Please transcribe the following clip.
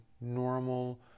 normal